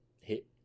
hit